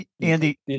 Andy